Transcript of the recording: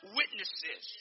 witnesses